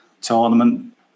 tournament